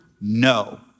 No